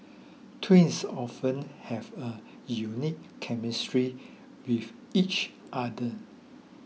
twins often have a unique chemistry with each other